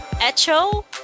Echo